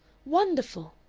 wonderful!